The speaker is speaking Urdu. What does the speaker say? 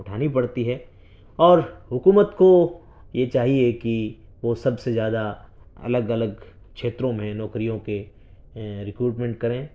اٹھانی پڑتی ہے اور حکومت کو یہ چاہیے کہ وہ سب سے زیادہ الگ الگ چھیتروں میں نوکریوں کے رکروٹمنٹ کریں